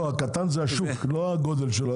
לא, הקטן זה השוק, לא הגודל שלו.